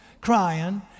crying